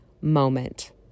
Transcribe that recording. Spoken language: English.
moment